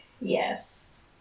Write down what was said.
Yes